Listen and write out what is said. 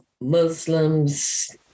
Muslims